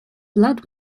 blood